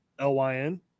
LYN